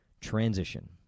transition